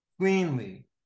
cleanly